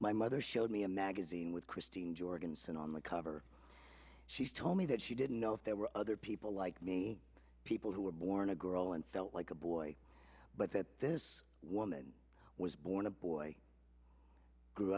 my mother showed me a magazine with christine jorgensen on the cover she's told me that she didn't know if there were other people like me people who were born a girl and felt like a boy but that this woman was born a boy grew